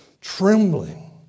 trembling